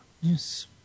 Yes